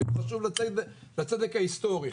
כי הוא חשוב לצדק ההיסטורי,